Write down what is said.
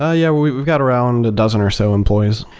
ah yeah. we've got around a dozen or so employees.